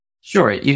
Sure